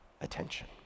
attention